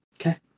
Okay